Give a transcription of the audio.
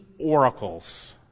oracles